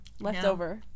Leftover